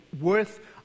worth